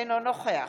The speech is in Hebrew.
אינו נוכח